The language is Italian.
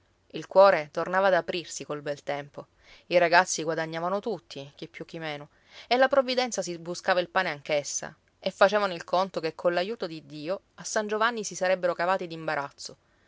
il cuore tornava ad aprirsi col bel tempo i ragazzi guadagnavano tutti chi più chi meno e la provvidenza si buscava il pane anch'essa e facevano il conto che coll'aiuto di dio a san giovanni si sarebbero cavati d'imbarazzo